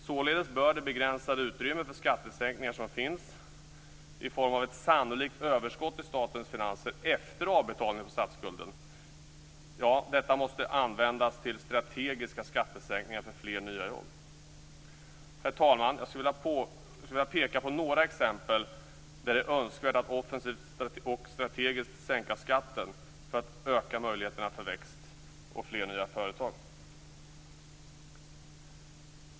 Således bör det begränsade utrymme för skattesänkningar som finns i form av ett sannolikt överskott i statens finanser efter avbetalning på statsskulden användas till strategiska skattesänkningar för fler nya jobb. Herr talman! Jag skulle vilja peka på några exempel där det är önskvärt att offensivt och strategiskt sänka skatten för att öka möjligheterna till tillväxt och fler nya företag.